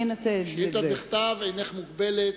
שאילתות בכתב, אינך מוגבלת,